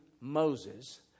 Moses